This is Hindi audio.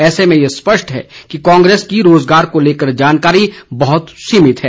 ऐसे में ये स्पष्ट है कि कांग्रेस की रोज़गार को लेकर जानकारी बहत ही सीमित है